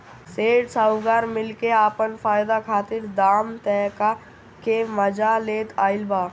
सेठ साहूकार मिल के आपन फायदा खातिर दाम तय क के मजा लेत आइल बा